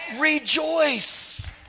Rejoice